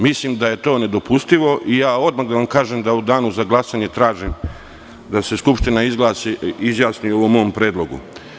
Mislim da je to nedopustivo i odmah da vam kažem da u danu za glasanje tražim da se Skupština izjasni o ovom mom predlogu.